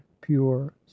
pure